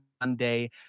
Monday